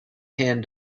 tan